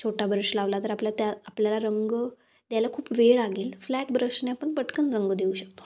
छोटा ब्रश लावला तर आपल्या त्या आपल्याला रंग द्यायला खूप वेळ लागेल फ्लॅट ब्रशने आपण पटकन रंग देऊ शकतो